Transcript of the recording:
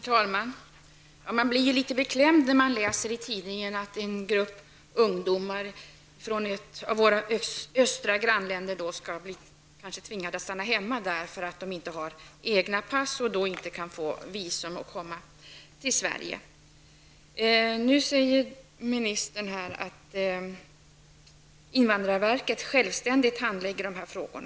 Herr talman! Man blir något beklämd när man läser i tidningen att en grupp ungdomar från ett av våra östra grannländer kanske blir tvingade att stanna hemma, eftersom de inte har egna pass och därför inte kan få visum för att komma till Sverige. Ministern sade att invandrarverket självständigt handlägger dessa frågor.